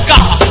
God